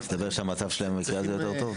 מסתבר שהמצב שלהם במקרה הזה יותר טוב.